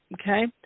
Okay